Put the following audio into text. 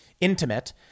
intimate